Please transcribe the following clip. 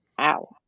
ow